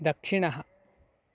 दक्षिणः